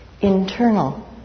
internal